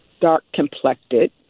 dark-complected